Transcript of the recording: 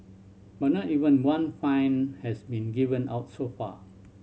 but not even one fine has been given out so far